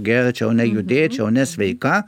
gerčiau nejudėčiau nesveika